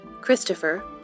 Christopher